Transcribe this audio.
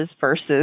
versus